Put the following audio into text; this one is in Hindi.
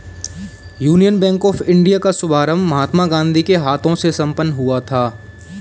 यूनियन बैंक ऑफ इंडिया का शुभारंभ महात्मा गांधी के हाथों से संपन्न हुआ था